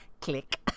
Click